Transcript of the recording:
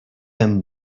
him